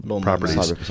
properties